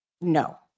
No